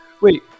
wait